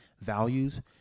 values